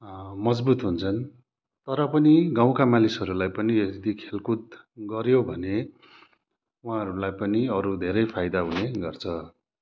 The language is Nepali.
मजबुत हुन्छन् तर पनि गाँउका मानिसहरूलाई पनि यदि खेलकुद गऱ्यो भने उहाँहरूलाई पनि अरू धेरै फाइदा हुने गर्छ